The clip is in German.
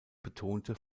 betonte